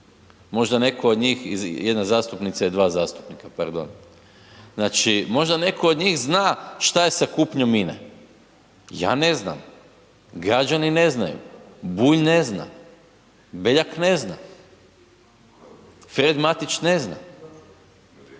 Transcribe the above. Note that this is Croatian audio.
Možda netko od njih, 1 zastupnica i 2 zastupnika, pardon. Znači možda netko od njih zna šta je sa kupnjom INE? Ja ne znam, građani ne znaju, Bulj ne zna, Beljak ne zna, Fred Matić ne zna,